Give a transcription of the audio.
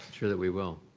sure that we will.